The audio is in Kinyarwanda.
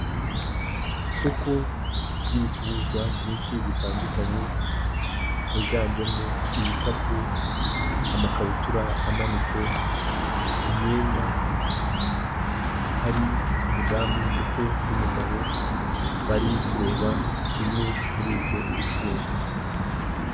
Isoko ry'ibicuruzwa byinshi bitandukanye, higanjemo ibikapu, amakabutura amanitse, imyenda, hari umudamu ndetse n'umugabo bari kureba bimwe muri ibyo bicuruzwa.